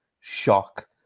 Shock